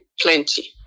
plenty